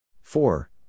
Four